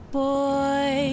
boy